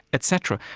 etc.